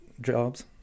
jobs